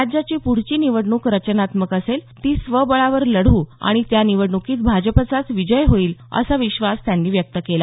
राज्याची पुढची निवडणूक रचनात्मक असेल ती स्वबळावर लढू आणि त्या निवडणूकीत भाजपचाच विजय होईल असा विश्वास त्यांनी व्यक्त केला